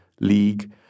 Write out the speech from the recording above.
League